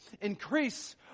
increase